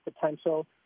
potential